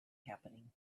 happening